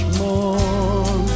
more